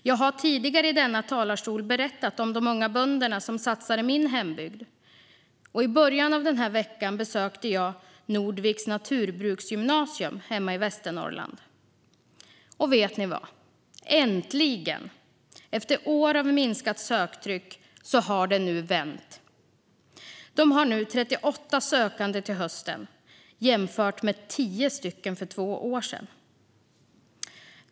Jag har tidigare i denna talarstol berättat om de unga bönderna som satsar i min hembygd. I början av denna vecka besökte jag naturbruksgymnasiet i Nordvik hemma i Västernorrland. Vet ni vad? Äntligen, efter år av minskat söktryck har det vänt. De har nu 38 sökande till hösten jämfört med 10 för två år sedan.